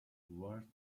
worth